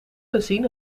gezien